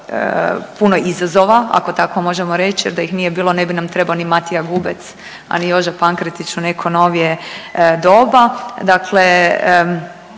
puno izazova, ako tako možemo reći jer da ih nije bilo, ne bi nam trebao ni Matija Gubec, a ni Joža Pankretić u neko novije doba. Dakle,